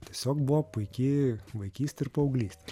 tiesiog buvo puiki vaikystė paauglystė